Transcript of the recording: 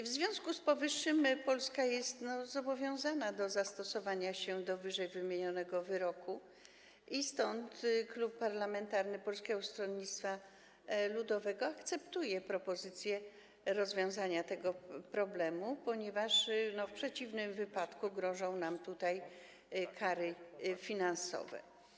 W związku z powyższym Polska jest zobowiązana do zastosowania się do ww. wyroku i stąd Klub Parlamentarny Polskiego Stronnictwa Ludowego akceptuje propozycję rozwiązania tego problemu, ponieważ w przeciwnym wypadku grożą nam kary finansowe.